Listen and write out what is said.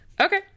Okay